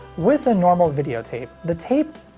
with a normal videotape, the tape